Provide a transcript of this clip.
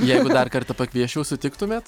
jeigu dar kartą pakviesčiau sutiktumėt